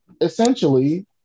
essentially